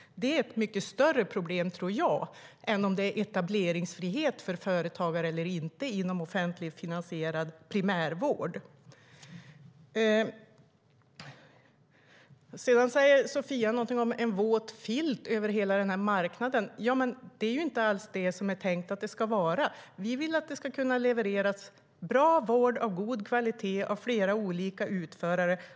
Det är ett större problem än om det råder etableringsfrihet för företagare eller inte inom offentligt finansierad primärvård. Sofia Fölster pratade om en våt filt över marknaden. Men så är det inte tänkt att vara. Vi vill att bra vård av god kvalitet ska levereras av flera olika utförare.